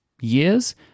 years